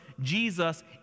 Jesus